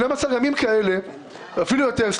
12 ימים כאלה ואפילו יותר.